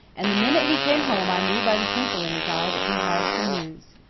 and the minute he came home i knew by the twinkle in his eye that he had some news.